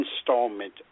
installment